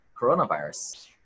coronavirus